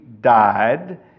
died